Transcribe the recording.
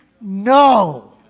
no